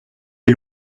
est